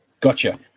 gotcha